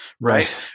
right